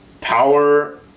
power